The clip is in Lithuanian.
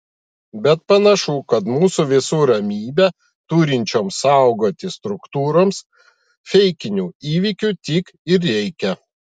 bet panašu kad mūsų visų ramybę turinčioms saugoti struktūroms feikinių įvykių tik ir reikia